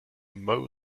mow